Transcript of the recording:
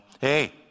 hey